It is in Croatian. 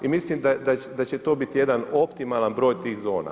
I mislim da će to biti jedan optimalan broj tih zona.